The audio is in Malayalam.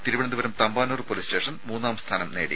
തിരുവനന്തപുരം തമ്പാനൂർ പൊലീസ് സ്റ്റേഷൻ മൂന്നാം സ്ഥാനം നേടി